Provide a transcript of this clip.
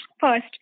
First